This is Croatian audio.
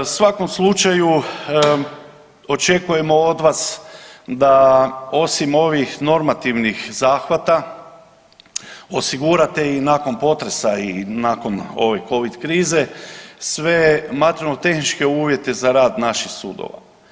U svakom slučaju očekujemo od vas da osim ovih normativnih zahvata osigurate i nakon potresa i nakon ove Covid krize sve materijalno tehničke uvjete za rad naših sudova.